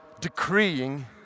decreeing